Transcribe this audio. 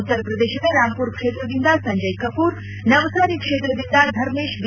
ಉತ್ತರ ಪ್ರದೇಶದ ರಾಂಪುರ ಕ್ಷೇತ್ರದಿಂದ ಸಂಜಯ್ ಕಪೂರ್ ನವ್ಲಾರಿ ಕ್ಷೇತ್ರದಿಂದ ಧರ್ಮೇಶ್ ಬಿ